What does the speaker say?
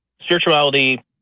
spirituality